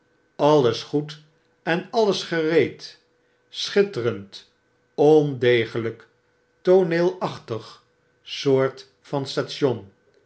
alles goed en allesgereed schitterend ondegeljjk tooneelachtig soort van station